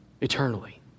eternally